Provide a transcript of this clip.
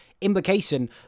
implication